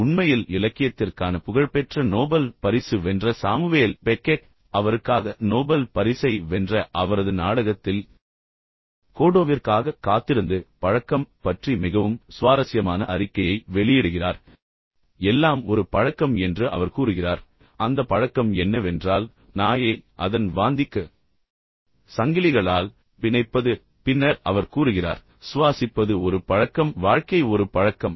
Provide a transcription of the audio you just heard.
உண்மையில் இலக்கியத்திற்கான புகழ்பெற்ற நோபல் பரிசு வென்ற சாமுவேல் பெக்கெட் அவருக்காக நோபல் பரிசை வென்ற அவரது நாடகத்தில் கோடோவிற்காகக் காத்திருந்து பழக்கம் பற்றி மிகவும் சுவாரஸ்யமான அறிக்கையை வெளியிடுகிறார் எல்லாம் ஒரு பழக்கம் என்று அவர் கூறுகிறார் பின்னர் அந்த பழக்கம் என்னவென்றால் நாயை அதன் வாந்திக்கு சங்கிலிகளால் பிணைப்பது பின்னர் அவர் கூறுகிறார் சுவாசிப்பது ஒரு பழக்கம் வாழ்க்கை ஒரு பழக்கம்